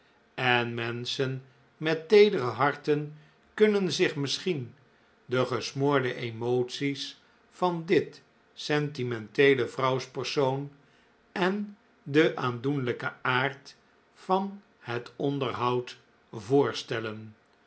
en menschen met teedere harten kunnen zich misschien de gesmoorde emoties van dit sentimenteele vrouwspersoon en den aandoenlijken aard van het onderhoud voorstellen